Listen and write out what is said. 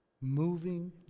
moving